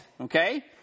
Okay